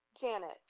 Janet